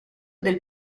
del